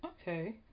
okay